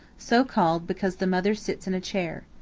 so called because the mother sits in a chair.